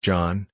John